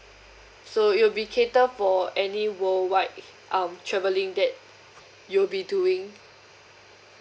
so it'll be catered for any worldwide um travelling that you'll be doing